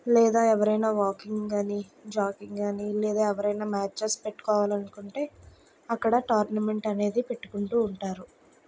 లేదా ఎవరైనా వాకింగ్ కానీ జాగింగ్ కానీ లేదా ఎవరైనా మ్యాచెస్ పెట్టుకోవాలనుకుంటే అక్కడ టోర్నమెంట్ అనేది పెట్టుకుంటూ ఉంటారు